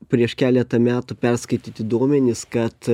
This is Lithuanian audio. prieš keletą metų perskaityti duomenys kad